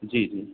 जी जी